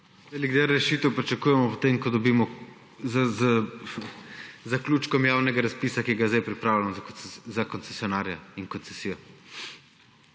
Velik del rešitev pričakujemo z zaključkom javnega razpisa, ki ga zdaj pripravljamo za koncesionarja in koncesijo.